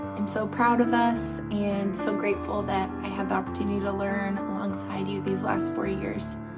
i'm so proud of us and so grateful that i had the opportunity to learn alongside you these last four years.